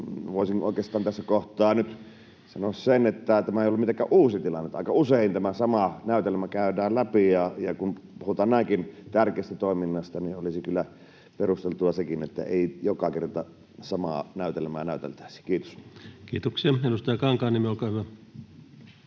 voisin oikeastaan tässä kohtaa nyt sanoa sen, että tämä ei ollut mitenkään uusi tilanne. Aika usein tämä sama näytelmä käydään läpi, ja kun puhutaan näinkin tärkeästä toiminnasta, niin olisi kyllä perusteltua sekin, että ei joka kerta samaa näytelmää näyteltäisi. — Kiitos. [Speech 58] Speaker: